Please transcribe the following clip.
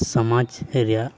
ᱥᱚᱢᱟᱡᱽ ᱨᱮᱭᱟᱜ